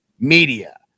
media